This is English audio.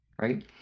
right